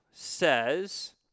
says